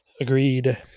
Agreed